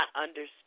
understand